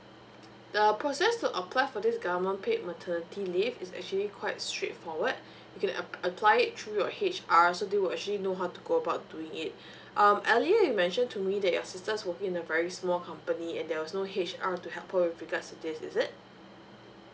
err process to apply for this government paid maternity leave is actually quite straightforward you can ap~ apply it through your H_R so they'll actually know how to go about doing it um earlier you mention to me that your sister's working in a very small company and there was no H_R to help her with regards to this is it